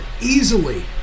easily